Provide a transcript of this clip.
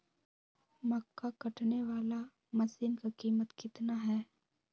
मक्का कटने बाला मसीन का कीमत कितना है?